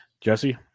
Jesse